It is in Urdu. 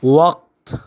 وقت